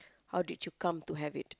how did you come to have it